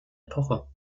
epoche